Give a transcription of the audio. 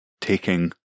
taking